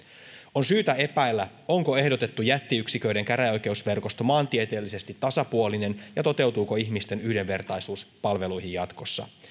on syytä epäillä onko ehdotettu jättiyksiköiden käräjäoikeusverkosto maantieteellisesti tasapuolinen ja toteutuuko ihmisten yhdenvertaisuus palveluihin jatkossa